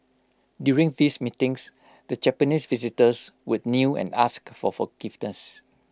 during these meetings the Japanese visitors would kneel and ask for forgiveness